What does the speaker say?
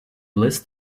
list